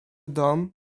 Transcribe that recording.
dom